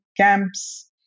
camps